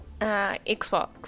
Xbox